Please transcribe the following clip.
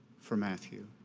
for matthew.